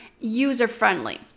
user-friendly